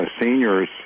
seniors